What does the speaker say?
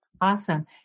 Awesome